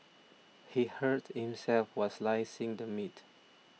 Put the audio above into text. he hurt himself while slicing the meat